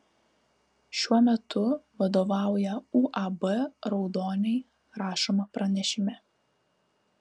šiuo metu vadovauja uab raudoniai rašoma pranešime